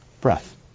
Breath